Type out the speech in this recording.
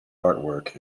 artwork